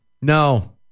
no